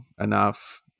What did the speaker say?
enough